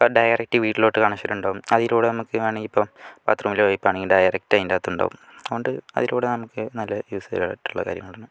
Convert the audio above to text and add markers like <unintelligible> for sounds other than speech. ഇപ്പം ഡയരക്ട് വീട്ടിലോട്ട് കണക്ഷനുണ്ടാകും അതിലൂടെ വേണമെങ്കിൽ നമുക്കിപ്പം ബാത്രൂമില് പോയി പണി ഉണ്ടായാൽ ഡയരക്റ്റ് അതിന്റെ അകത്തുണ്ടാകും അതുകൊണ്ട് അതിലൂടെ നമുക്ക് നല്ല യൂസെയ്ഗായിട്ടുള്ള <unintelligible> കാര്യമാണ്